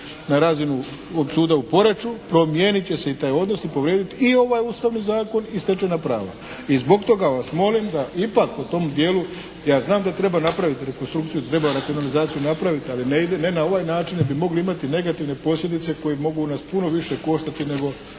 na razinu suda u Poreču promijenit će se i taj odnos i povrijediti i ovaj Ustavni zakon i stečena prava i zbog toga vas molim da ipak po tom dijelu, ja znam da treba napraviti rekonstrukciju, treba nacionalizaciju napraviti, ali ne na ovaj način jer bi mogli imati negativne posljedice koji mogu nas puno više koštati nego